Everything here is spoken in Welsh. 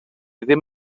ddim